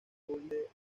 códice